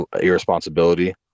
irresponsibility